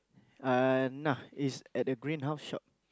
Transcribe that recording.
uh nah it's at the grain house shop